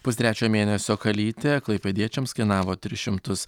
pustrečio mėnesio kalytė klaipėdiečiams kainavo tris šimtus